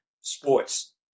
sports